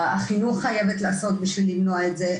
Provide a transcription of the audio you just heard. החינוך חייבת לעשות בשביל למנוע את זה.